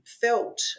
felt